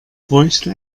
bräuchte